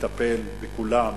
לטפל בכולם,